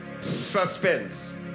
suspense